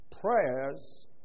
prayers